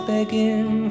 Begging